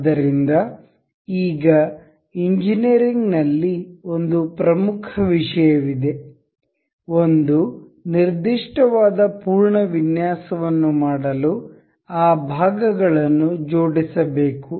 ಆದ್ದರಿಂದ ಈಗ ಎಂಜಿನಿಯರಿಂಗ್ನಲ್ಲಿ ಒಂದು ಪ್ರಮುಖ ವಿಷಯವಿದೆ ಒಂದು ನಿರ್ದಿಷ್ಟವಾದ ಪೂರ್ಣ ವಿನ್ಯಾಸವನ್ನು ಮಾಡಲು ಆ ಭಾಗಗಳನ್ನು ಜೋಡಿಸಬೇಕು